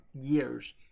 years